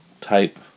type